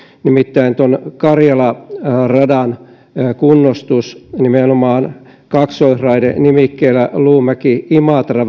nimittäin karjala radan kunnostuksen nimenomaan kaksoisraide nimikkeellä luumäki imatra